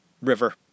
River